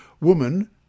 Woman